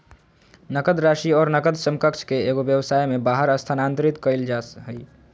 नकद राशि और नकद समकक्ष के एगो व्यवसाय में बाहर स्थानांतरित कइल जा हइ